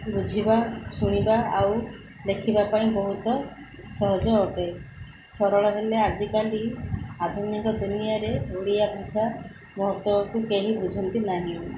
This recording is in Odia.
ବୁଝିବା ଶୁଣିବା ଆଉ ଲେଖିବା ପାଇଁ ବହୁତ ସହଜ ଅଟେ ସରଳ ହେଲେ ଆଜିକାଲି ଆଧୁନିକ ଦୁନିଆରେ ଓଡ଼ିଆ ଭାଷା ମହତ୍ଵକୁ କେହି ବୁଝନ୍ତି ନାହିଁ